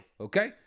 okay